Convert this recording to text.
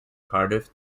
cardiff